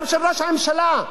גם ראש הממשלה,